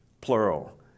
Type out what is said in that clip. plural